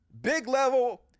big-level